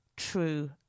true